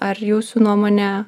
ar jūsų nuomonė